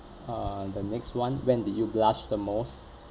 uh the next one when did you blush the most